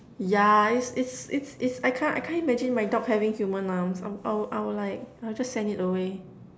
ya it's it's it's it's I can't I can't imagine my dog having human arms um I will I will like I'll just send it away